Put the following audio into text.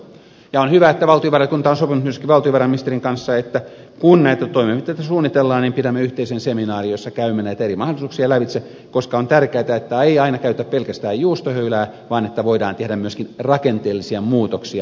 on hyvä että valtiovarainvaliokunta on sopinut myöskin valtiovarainministerin kanssa että kun näitä toimenpiteitä suunnitellaan pidämme yhteisen seminaarin jossa käymme näitä eri mahdollisuuksia lävitse koska on tärkeätä että ei aina käytetä pelkästään juustohöylää vaan voidaan tehdä myöskin rakenteellisia muutoksia